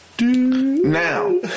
Now